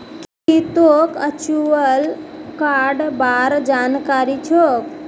की तोक वर्चुअल कार्डेर बार जानकारी छोक